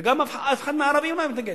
וגם אף אחד מהערבים לא היה מתנגד.